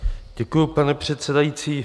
Děkuji, pane předsedající.